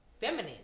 feminine